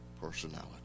personality